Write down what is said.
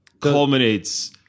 culminates